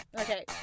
Okay